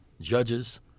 judges